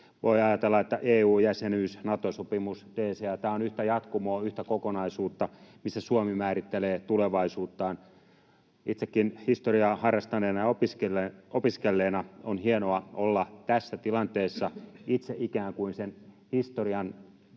voi ajatella, että EU-jäsenyys, Nato-sopimus, DCA, tämä on yhtä jatkumoa, yhtä kokonaisuutta, missä Suomi määrittelee tulevaisuuttaan. Itsenikin historiaa harrastaneena ja opiskelleena on hienoa olla tässä tilanteessa, itse ikään kuin sen historian